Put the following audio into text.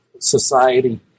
society